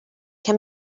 can